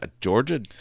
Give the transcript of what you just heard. Georgia